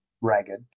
ragged